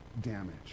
damage